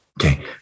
Okay